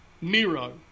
Miro